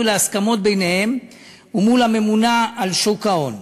להסכמות ביניהם ומול הממונה על שוק ההון.